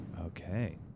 Okay